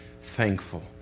thankful